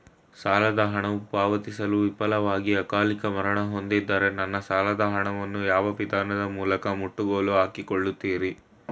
ಸಾಲದ ಹಣವು ಪಾವತಿಸಲು ವಿಫಲವಾಗಿ ಅಕಾಲಿಕ ಮರಣ ಹೊಂದಿದ್ದರೆ ನನ್ನ ಸಾಲದ ಹಣವನ್ನು ಯಾವ ವಿಧಾನದ ಮೂಲಕ ಮುಟ್ಟುಗೋಲು ಹಾಕಿಕೊಳ್ಳುತೀರಿ?